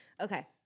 Okay